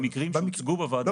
במקרים שהוצגו בוועדה הקודמת.